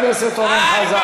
בטח שחמש דקות עוברות מהר.